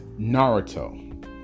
naruto